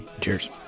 Cheers